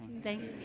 Thanks